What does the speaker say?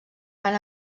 van